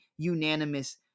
unanimous